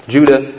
Judah